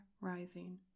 rising